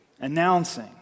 announcing